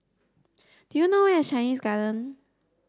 do you know where is Chinese Garden